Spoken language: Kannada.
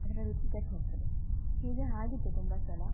ಅದರ ರುಚಿ ಕೆಟ್ಟು ಹೋಗ್ತದೆ ಹೀಗೆ ಆಗುತ್ತೆ ತುಂಬ ಸಲ